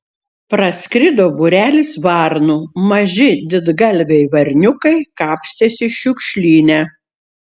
praskrido būrelis varnų maži didgalviai varniukai kapstėsi šiukšlyne